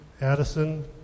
Addison